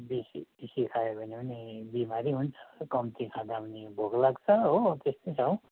बेसी बेसी खायो भने पनि बिमारी हुन्छ कम्ती खाँदा पनि भोक लाग्छ हो त्यस्तै छ हौ